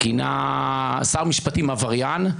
כינה שר משפטים עבריין,